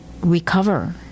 recover